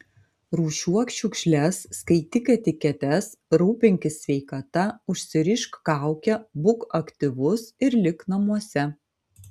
rūšiuok šiukšles skaityk etiketes rūpinkis sveikata užsirišk kaukę būk aktyvus ir lik namuose